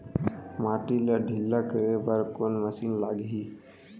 माटी ला ढिल्ला करे बर कोन मशीन लागही?